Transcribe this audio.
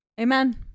amen